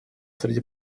среди